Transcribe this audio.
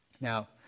Now